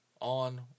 on